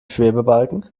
schwebebalken